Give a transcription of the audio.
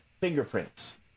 fingerprints